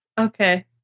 Okay